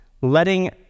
letting